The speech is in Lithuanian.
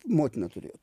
motiną turėjo